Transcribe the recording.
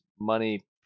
money